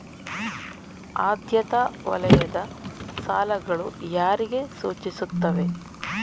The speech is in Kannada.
ಆದ್ಯತಾ ವಲಯದ ಸಾಲಗಳು ಯಾರಿಗೆ ಸೂಚಿಸುತ್ತವೆ?